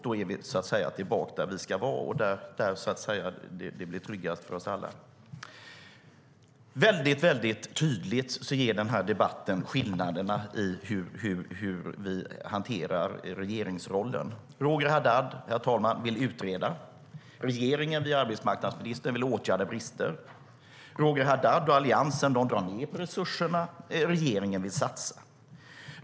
Då är vi, så att säga, tillbaka där vi ska vara. Det blir tryggast för oss alla. Den här debatten visar väldigt tydligt skillnaderna i hur vi hanterar regeringsrollen. Roger Haddad, herr talman, vill utreda. Regeringen, via arbetsmarknadsministern, vill åtgärda brister. Roger Haddad och Alliansen drar ned på resurserna. Regeringen vill satsa.